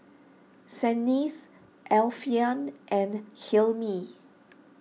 Senin Alfian and Hilmi